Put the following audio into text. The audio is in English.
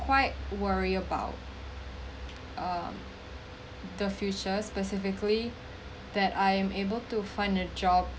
quite worry about um the future specifically that I am able to find a job